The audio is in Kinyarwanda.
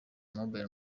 mobile